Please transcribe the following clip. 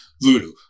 Voodoo